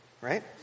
Right